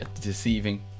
deceiving